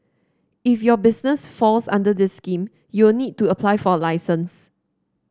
if your business falls under this scheme you'll need to apply for a license